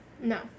No